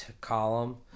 column